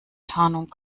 tarnung